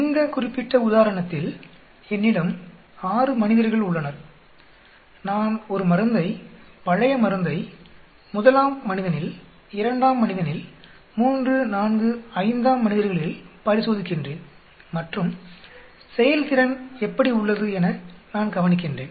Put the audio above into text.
இந்தக் குறிப்பிட்ட உதாரணத்தில் என்னிடம் 6 மனிதர்கள் உள்ளனர் நான் ஒரு மருந்தை பழைய மருந்தை முதலாம் மனிதனில் இரண்டாம் மனிதனில் 3 4 5 ஆம் மனிதர்களில் பரிசோதிக்கின்றேன் மற்றும் செயல்திறன் எப்படி உள்ளது என நான் கவனிக்கின்றேன்